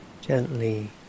gently